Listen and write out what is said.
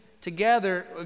together